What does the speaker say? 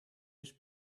his